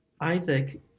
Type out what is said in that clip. Isaac